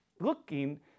looking